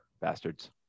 Bastards